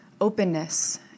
openness